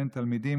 אין תלמידים,